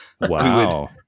Wow